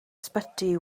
ysbyty